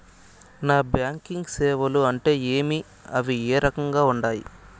non banking సేవలు అంటే ఏమి అవి ఏ రకంగా ఉండాయి